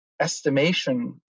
estimation